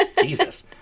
Jesus